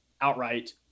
outright